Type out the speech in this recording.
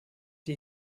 die